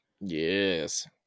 Yes